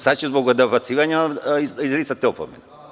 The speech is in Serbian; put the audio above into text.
Sada ću zbog dobacivanja izricati opomene.